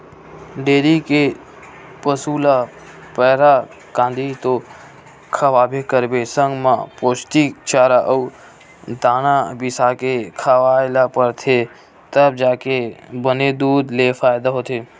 dairy के पसू ल पैरा, कांदी तो खवाबे करबे संग म पोस्टिक चारा अउ दाना बिसाके खवाए ल परथे तब जाके बने दूद ले फायदा होथे